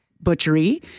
Butchery